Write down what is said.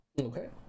Okay